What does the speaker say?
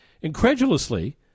incredulously